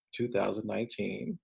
2019